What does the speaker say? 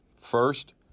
first